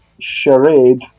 charade